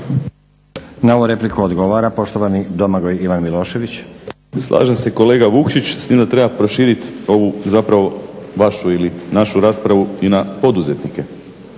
Na ovu repliku odgovara poštovani Domagoj Ivan Milošević. **Milošević, Domagoj Ivan (HDZ)** Slažem se kolega Vukšić, s tim da treba proširiti ovu zapravo vašu ili našu raspravu i na poduzetnike.